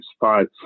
five